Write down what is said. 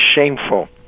shameful